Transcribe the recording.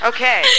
Okay